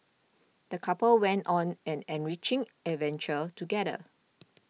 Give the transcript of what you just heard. the couple went on an enriching adventure together